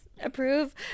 approve